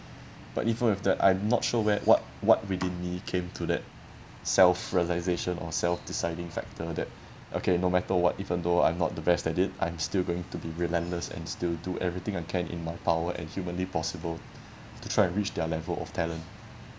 but even with that I'm not sure where what what within me came to that self realization or self deciding factor that okay no matter what even though I'm not the best at it I'm still going to be relentless and still do everything I can in my power and humanly possible to try and reach their level of talent